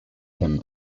him